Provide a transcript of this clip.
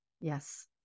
Yes